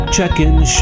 Checkin